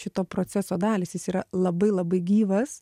šito proceso dalys jis yra labai labai gyvas